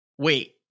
wait